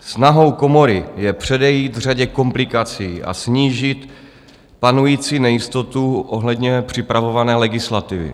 Snahou komory je předejít řadě komplikací a snížit panující nejistotu ohledně připravované legislativy.